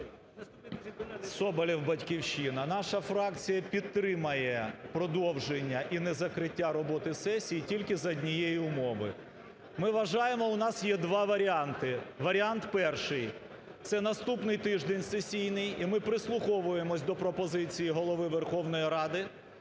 Соболєв, "Батьківщина". Наша фракція підтримає продовження і незакриття роботи сесії тільки за однієї умови. Ми вважаємо, у нас є два варіанти. Варіант перший – це наступний тиждень сесійний, і ми прислуховуємось до пропозицій Голови Верховної Ради.